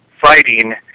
fighting